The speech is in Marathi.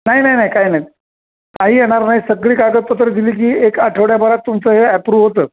नाही नाही नाही काय नाही काही येणार नाही सगळी कागदपत्र दिली की एक आठवड्याभरात तुमचं हे ॲप्रूव्ह होतं